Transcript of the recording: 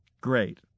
Great